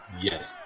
Yes